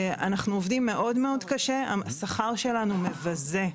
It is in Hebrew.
אנחנו עובדים קשה מאוד, והשכר שלנו מבזה.